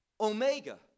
Omega